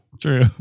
True